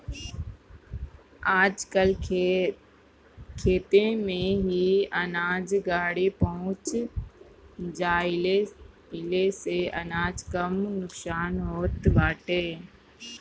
आजकल खेते में ही अनाज गाड़ी पहुँच जईले से अनाज कम नुकसान होत बाटे